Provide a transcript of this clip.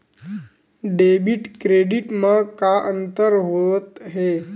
Debit credit मा का अंतर होत हे?